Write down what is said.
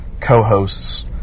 co-hosts